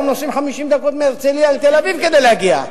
היום נוסעים 50 דקות מהרצלייה לתל-אביב כדי להגיע,